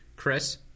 Chris